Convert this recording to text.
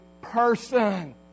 person